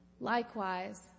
Likewise